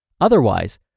Otherwise